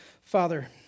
Father